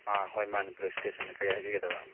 ꯑꯥ ꯍꯣꯏ ꯃꯥꯅꯤ ꯄꯨꯂꯤꯁ ꯏꯁꯇꯦꯁꯟꯅꯤ ꯀꯔꯤ ꯍꯥꯏꯕꯤꯒꯗꯕ